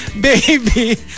baby